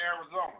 Arizona